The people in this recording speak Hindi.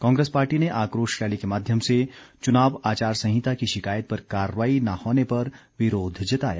कांग्रेस पार्टी ने आक्रोश रैली के माध्यम से चुनाव आचार संहिता की शिकायत पर कार्रवाई न होने पर विरोध जताया